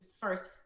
first